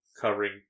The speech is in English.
covering